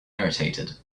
irritated